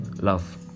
love